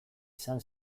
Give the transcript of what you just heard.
izan